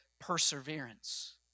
perseverance